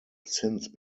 since